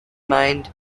mind